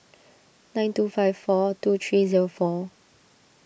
nine two five four two three zero four